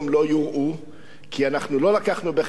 כי אנחנו לא הבאנו בחשבון את הבור הקיים,